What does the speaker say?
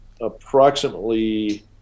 approximately